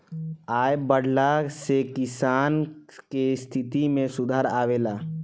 आय बढ़ला से किसान के स्थिति में सुधार आवेला